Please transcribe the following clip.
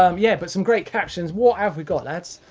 um yeah, but some great captions. what have we got lads?